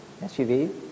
SUV